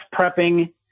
prepping